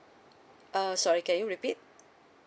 uh sorry can you repeat